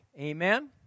Amen